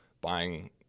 buying